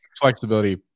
flexibility